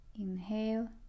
Inhale